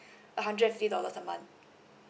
a hundred and fifty dollars a month